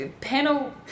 panel